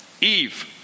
Eve